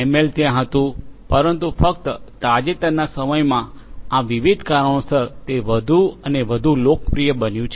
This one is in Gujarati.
એલ ત્યાં હતું પરંતુ ફક્ત તાજેતરના સમયમાં આ વિવિધ કારણોસર તે વધુ અને વધુ લોકપ્રિય બન્યું છે